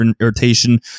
irritation